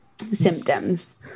symptoms